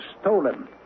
stolen